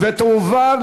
בתקליט וזכויות מבצעים (תיקוני חקיקה),